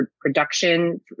production